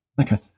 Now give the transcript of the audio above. Okay